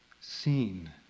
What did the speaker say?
seen